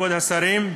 כבוד השרים,